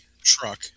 truck